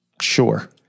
Sure